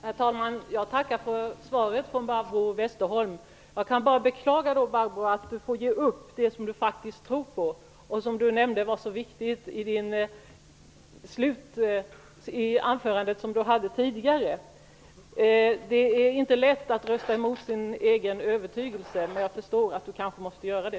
Herr talman! Jag tackar för svaret. Jag kan bara beklaga att Barbro Westerholm får ge upp det hon faktiskt tror på och som hon i sitt tidigare anförande nämnde var så viktigt. Det är inte lätt att rösta emot sin egen övertygelse. Men jag förstår att Barbro Westerholm kanske måste göra det.